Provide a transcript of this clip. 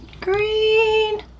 green